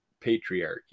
patriarchy